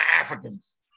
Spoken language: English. Africans